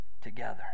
together